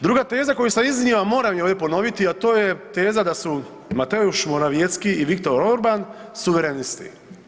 Druga teza koju sam iznio, a moram ju ovdje ponoviti, a to je teza da su Mateusz Morawiecki i Viktor Orban suverenisti.